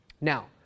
Now